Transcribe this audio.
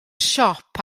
siop